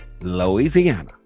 Louisiana